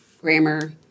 grammar